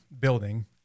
Building